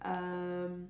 erm